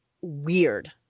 weird